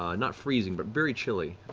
um not freezing, but very chilly.